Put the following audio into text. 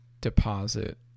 deposit